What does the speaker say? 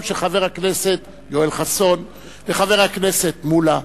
של חבר הכנסת יואל חסון וחבר הכנסת מולה,